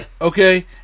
Okay